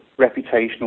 reputational